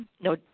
no